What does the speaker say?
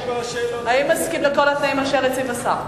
האם מסכים לכל התנאים אשר הציב השר?